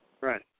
Right